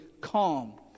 calm